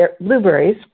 blueberries